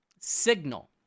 Signal